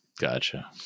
Gotcha